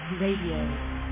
RADIO